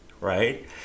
right